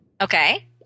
Okay